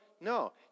no